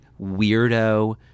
weirdo